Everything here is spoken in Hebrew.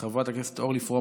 חבר הכנסת ינון אזולאי,